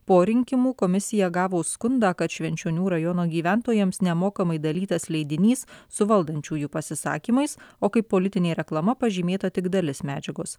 po rinkimų komisija gavo skundą kad švenčionių rajono gyventojams nemokamai dalytas leidinys su valdančiųjų pasisakymais o kai politinė reklama pažymėta tik dalis medžiagos